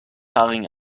haarigen